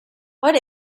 what